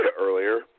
earlier